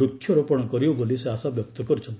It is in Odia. ବୃକ୍ଷରୋପଣ କରିବେ ବୋଲି ସେ ଆଶା ବ୍ୟକ୍ତ କରିଛନ୍ତି